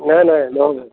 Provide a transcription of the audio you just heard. নাই নাই নহয় নহয়